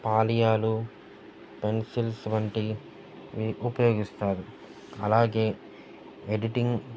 పాలియాలు pencils వంటివి ఉపయోగిస్తారు అలాగే ఎడిటింగ్